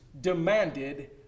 demanded